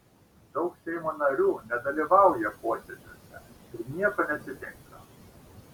daug seimo narių nedalyvauja posėdžiuose ir nieko neatsitinka